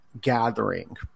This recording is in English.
gathering